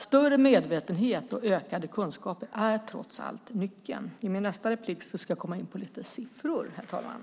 Större medvetenhet och ökade kunskaper är trots allt nyckeln. I mitt nästa inlägg ska jag komma in på lite siffror, herr talman.